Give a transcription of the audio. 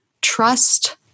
trust